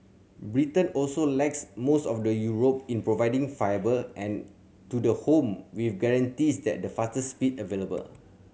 Britain also lags most of the Europe in providing fibre and to the home with guarantees that the fastest speed available